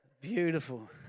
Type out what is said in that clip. beautiful